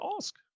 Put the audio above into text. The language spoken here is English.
ask